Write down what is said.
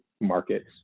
markets